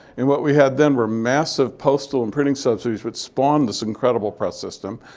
and what we had then were massive postal and printing subsidies which spawned this incredible press system.